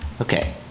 Okay